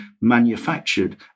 manufactured